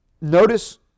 Notice